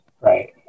right